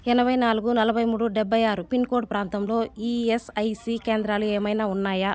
ఎనభైనాలుగు నలభైమూడు డెబ్భైఆరు pin code ప్రాంతంలో ఈఎస్ఐసి కేంద్రాలు ఏమైనా ఉన్నాయా